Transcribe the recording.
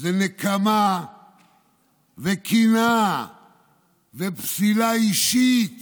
היא נקמה וקנאה ופסילה אישית